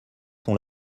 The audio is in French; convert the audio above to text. sont